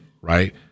right